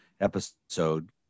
episode